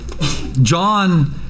John